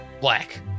black